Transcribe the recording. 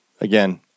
again